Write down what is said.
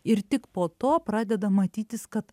ir tik po to pradeda matytis kad